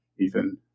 Ethan